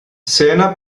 sena